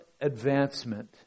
advancement